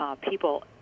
people